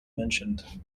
mentioned